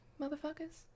motherfuckers